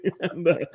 remember